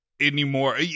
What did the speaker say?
anymore